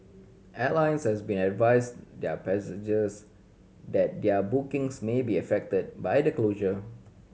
airlines has been advised their passengers that their bookings may be affected by the closure